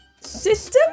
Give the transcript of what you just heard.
system